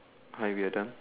hi weirdo